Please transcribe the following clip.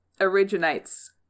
originates